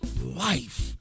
life